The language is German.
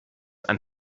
ein